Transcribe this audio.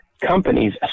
companies